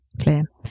clear